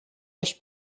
els